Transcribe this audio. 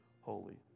holy